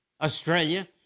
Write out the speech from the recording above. Australia